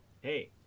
hey